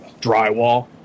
drywall